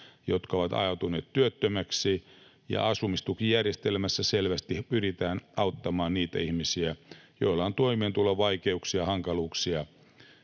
jotka ovat ajautuneet työttömäksi. Ja asumistukijärjestelmässä selvästi pyritään auttamaan niitä ihmisiä, joilla on toimeentulovaikeuksia, hankaluuksia